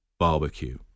barbecue